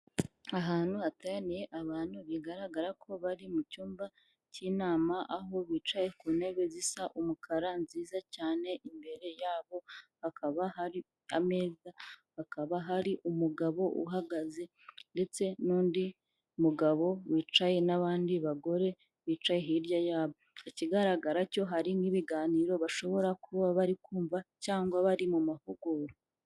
Ahantu hateraniye abantu bigaragara ko bari mu cyumba cy'inama, aho bicaye ku ntebe zisa umukara nziza cyane, imbere yabo hakaba hari ameza, hakaba hari umugabo uhagaze ndetse n'undi mugabo wicaye n'abandi bagore bicaye hirya yabo. Ikigaragara cyo hari nk'ibiganiro bashobora kuba bari kumva cyangwa bari mu mahugurwa.